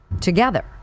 together